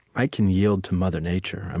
i can yield to mother nature. and